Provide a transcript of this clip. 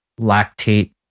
Lactate